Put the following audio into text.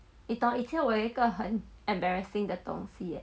你懂我以前很 embarrassing 的东西